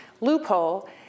loophole